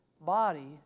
body